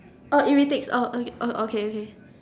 oh irritates oh okay okay